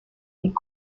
est